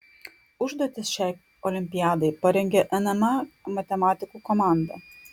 užduotis šiai olimpiadai parengė nma matematikų komanda